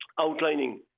outlining